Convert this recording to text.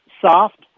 soft